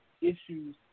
issues